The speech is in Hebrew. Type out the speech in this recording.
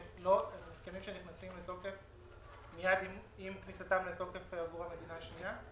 הסכמים שנכנסים לתוקף מיד עם כניסתם לתוקף עבור המדינה השנייה.